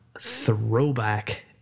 throwback